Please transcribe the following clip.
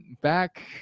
back